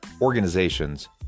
organizations